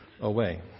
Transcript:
away